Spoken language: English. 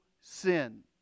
sin